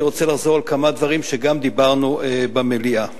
אני רוצה לחזור ולומר כמה דברים שדיברנו עליהם גם במליאה.